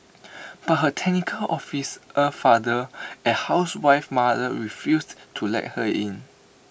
but her technical officer father and housewife mother refused to let her in